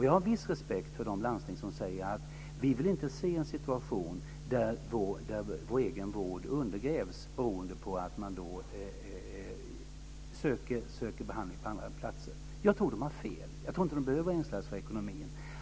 Jag har viss respekt för de landsting som säger: Vi vill inte se en situation där vår egen vård undergrävs beroende på att man söker vård på andra platser. Men jag tror att de har fel. Jag tror inte att de behöver ängslas för ekonomin.